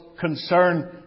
concern